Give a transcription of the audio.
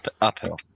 Uphill